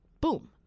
Boom